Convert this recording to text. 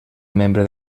membre